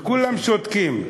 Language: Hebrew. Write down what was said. וכולם שותקים?